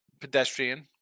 pedestrian